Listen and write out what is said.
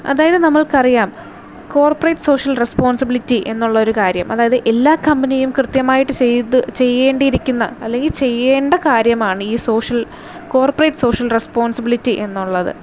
അതായത് നമ്മൾക്കറിയാം corporate social responsibility എന്നുള്ള ഒരു കാര്യം അതായത് എല്ലാ കമ്പനിയും കൃത്യമായിട്ട് ചെയ്ത് ചെയ്യേണ്ടിയിരിക്കുന്ന അല്ലെങ്കിൽ ചെയ്യേണ്ട കാര്യമാണ് ഈ സോഷ്യൽ കോർപ്പറേറ്റ് സോഷ്യൽ റെസ്പോൺസിബിളിറ്റി എന്നുള്ളത്